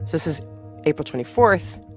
this is april twenty four.